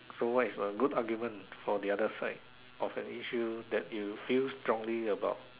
so what is a good argument for the other side of an issue that you feel strongly about